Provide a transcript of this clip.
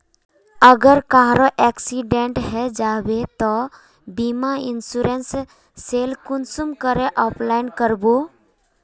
अगर कहारो एक्सीडेंट है जाहा बे तो बीमा इंश्योरेंस सेल कुंसम करे अप्लाई कर बो?